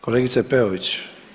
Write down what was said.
Kolegice Peović.